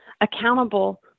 accountable